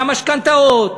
והמשכנתאות,